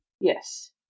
Yes